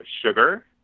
Sugar